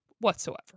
whatsoever